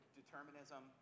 determinism